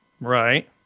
Right